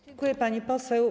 Dziękuję, pani poseł.